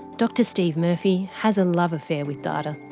dr steve murphy has a love affair with data.